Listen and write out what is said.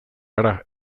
gara